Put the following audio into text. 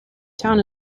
town